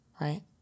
right